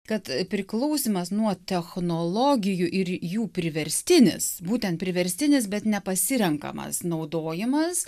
kad priklausymas nuo technologijų ir jų priverstinis būtent priverstinis bet nepasirenkamas naudojimas